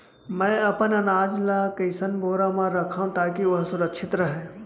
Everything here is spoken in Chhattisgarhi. मैं अपन अनाज ला कइसन बोरा म रखव ताकी ओहा सुरक्षित राहय?